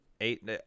eight